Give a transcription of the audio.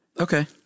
Okay